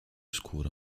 scuro